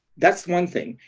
that's one thing,